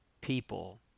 people